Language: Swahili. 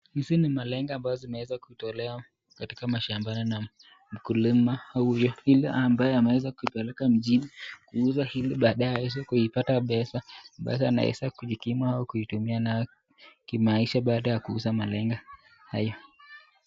Hizi ni malenge ambazo zimeweza kutolewa katika mashambani na mkulima huyu ili ambaye ameweza kuipeleka mjini kuuza ili baadaye aweze kuipata pesa ambazo anaweza kujikimu au kutumia nayo kimaisha baada ya kuuza malenge hayo.